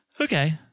Okay